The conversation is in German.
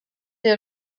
der